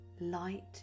Light